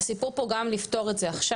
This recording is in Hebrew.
שהסיפור פה הוא גם לפתור את זה עכשיו,